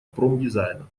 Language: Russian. промдизайна